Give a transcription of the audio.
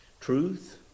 truth